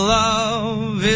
love